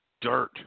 dirt